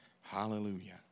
Hallelujah